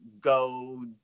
go